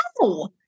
no